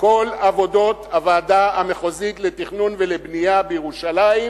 כל עבודות הוועדה המחוזית לתכנון ולבנייה בירושלים,